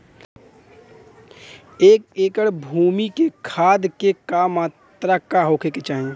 एक एकड़ भूमि में खाद के का मात्रा का होखे के चाही?